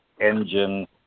engine